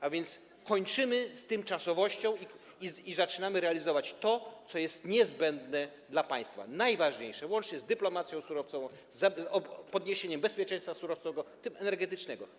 A więc kończymy z tymczasowością i zaczynamy realizować to, co jest niezbędne dla państwa, najważniejsze, łącznie z dyplomacją surowcową, z podniesieniem poziomu bezpieczeństwa surowcowego, w tym energetycznego.